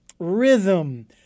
Rhythm